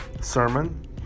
sermon